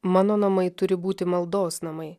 mano namai turi būti maldos namai